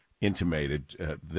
intimated